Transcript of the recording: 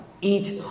eat